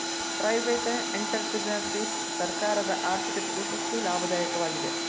private entrepreneurship ಸರ್ಕಾರದ ಆರ್ಥಿಕತೆಗೆ ಹೆಚ್ಚು ಲಾಭದಾಯಕವಾಗಿದೆ